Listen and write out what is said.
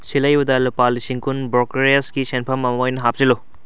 ꯁꯤꯜꯍꯩꯕꯗ ꯂꯨꯄꯥ ꯂꯤꯁꯤꯡ ꯀꯨꯟ ꯕ꯭ꯔꯣꯀꯔꯦꯁꯀꯤ ꯁꯦꯟꯐꯝ ꯑꯃ ꯑꯣꯏꯅ ꯍꯥꯞꯆꯤꯜꯂꯨ